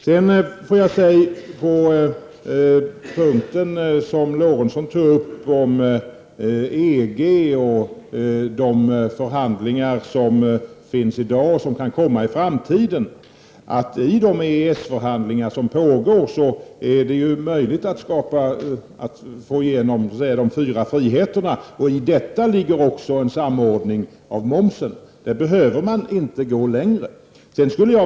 Sven Eric Lorentzon tog upp EG och de förhandlingar som förs i dag och som kan komma att föras i framtiden. I de EES-förhandlingar som pågår är det möjligt att få igenom de fyra friheterna. I detta ingår också en samordning av momsen, så där behöver man inte gå längre.